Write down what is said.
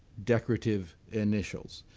decorative initials.